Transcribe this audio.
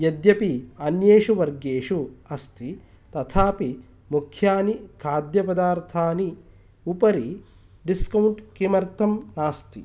यद्यपि अन्येषु वर्गेषु अस्ति तथापि मुख्यानि खाद्यपदार्थानि उपरि डिस्कौण्ट् किमर्थं नास्ति